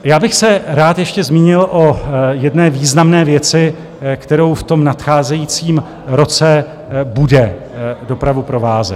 Já bych se rád ještě zmínil o jedné významné věci, která v nadcházejícím roce bude dopravu provázet.